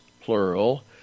plural